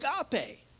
agape